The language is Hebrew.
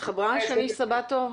התחברה שני סבתו,